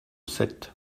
sept